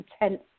intense